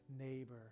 neighbor